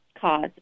cause